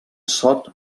sot